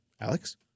alex